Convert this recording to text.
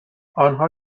آنها